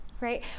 right